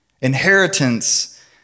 Inheritance